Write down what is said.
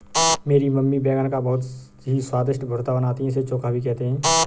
मेरी मम्मी बैगन का बहुत ही स्वादिष्ट भुर्ता बनाती है इसे चोखा भी कहते हैं